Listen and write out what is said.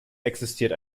existiert